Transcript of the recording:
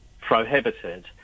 prohibited